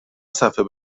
صفحه